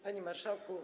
Panie Marszałku!